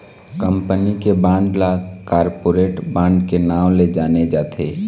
company के bond ल corporate bond के नांव ले जाने जाथे